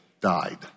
died